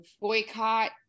boycott